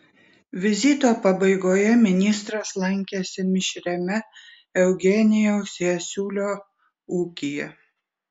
vizito pabaigoje ministras lankėsi mišriame eugenijaus jasiulio ūkyje